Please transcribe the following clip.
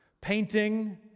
painting